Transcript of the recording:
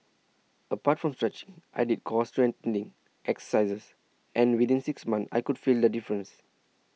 apart from stretching I did core strengthening exercises and within six months I could feel the difference